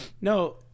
No